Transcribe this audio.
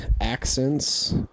accents